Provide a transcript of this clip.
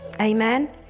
Amen